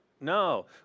No